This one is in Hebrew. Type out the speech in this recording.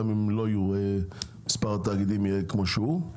גם אם מספר התאגידים יהיה כמו שהוא.